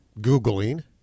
Googling